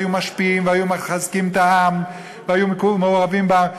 והיו משפיעים והיו מחזקים את העם והיו מעורבים בעם.